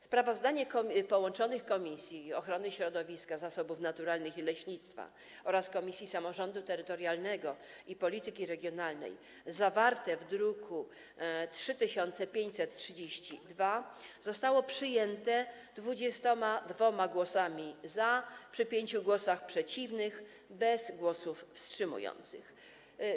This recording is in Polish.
Sprawozdanie połączonych komisji: Komisji Ochrony Środowiska, Zasobów Naturalnych i Leśnictwa oraz Komisji Samorządu Terytorialnego i Polityki Regionalnej, druk nr 3532, zostało przyjęte 22 głosami za, przy pięciu głosach przeciw, bez głosów wstrzymujących się.